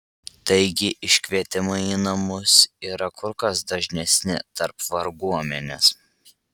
taigi iškvietimai į namus yra kur kas dažnesni tarp varguomenės